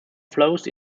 flows